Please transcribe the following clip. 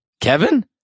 Kevin